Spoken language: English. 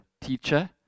teacher